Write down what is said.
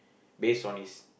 base on his